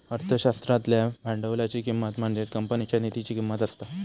अर्थशास्त्रातल्या भांडवलाची किंमत म्हणजेच कंपनीच्या निधीची किंमत असता